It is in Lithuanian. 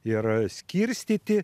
ir skirstyti